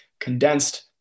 condensed